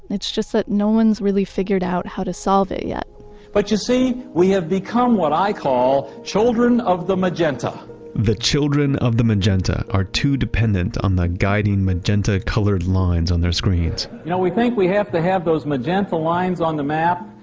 it's just that no one's really figured out how to solve it yet but you see, we have become what i call, children of the magenta the children of the magenta are too dependent on the guiding magenta-colored lines on their screens you know we think we have to have those magenta lines on the map,